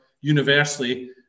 universally